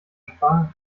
sprache